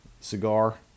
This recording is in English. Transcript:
cigar